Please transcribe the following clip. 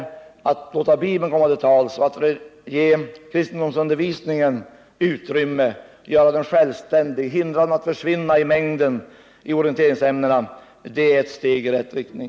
Att låta Bibeln komma till tals, att ge kristendomsundervisningen utrymme, att göra den självständig, att hindra kristendomsämnet från att försvinna i mängden bland orienteringsämnena är ett steg i rätt riktning.